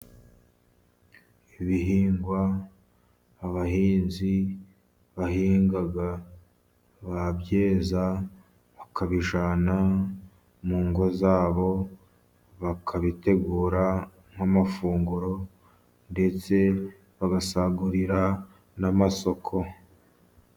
Ibihingwa abahinzi bahinga, babyeza bakabijyana mu ngo zabo bakabitegura nk'amafunguro, ndetse bagasagurira n'amasoko.